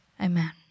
Amen